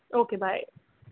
okay bye